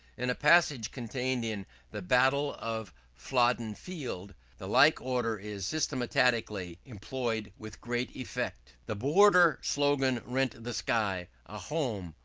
in a passage contained in the battle of flodden field the like order is systematically employed with great effect the border slogan rent the sky! a home!